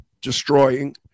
destroying